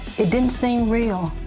it didn't seem real.